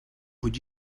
would